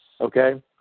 okay